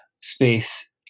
space